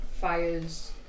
fires